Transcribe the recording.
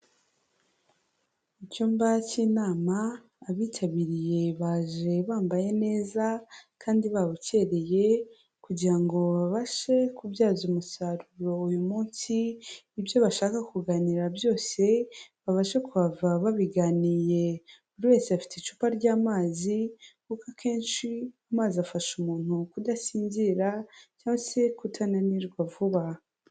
Mu cyumba cy'inama abitabiriye baje bambaye neza kandi babukereye, kugira ngo babashe kubyaza umusaruro uyu munsi ibyo bashaka kuganira byose babashe kuhava babiganiye, buri wese afite icupa ry'amazi kuko akenshi amazi afasha umuntu kudasinzira cyangwa se kutananirwa vuba.